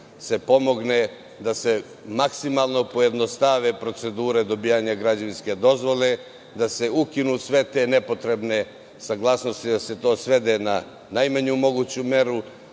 pomogne da se maksimalno pojednostave procedure dobijanja građevinske dozvole, da se ukinu sve te nepotrebne saglasnosti, da se to sve svede na najmanju moguću meru,